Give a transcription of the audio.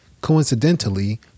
Coincidentally